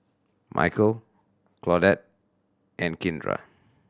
Micheal Claudette and Kindra